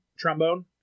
trombone